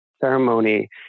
ceremony